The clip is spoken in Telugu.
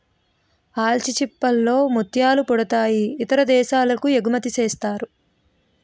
ఆల్చిచిప్పల్ లో ముత్యాలు పుడతాయి ఇతర దేశాలకి ఎగుమతిసేస్తారు